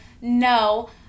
no